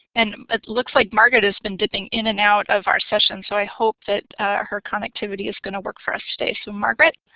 and it looks like margaret has been dipping in and out of our session so i hope that her connectivity is going to work for us today. so margaret?